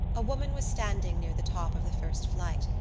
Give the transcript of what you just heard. a woman was standing near the top of the first flight,